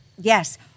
Yes